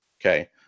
okay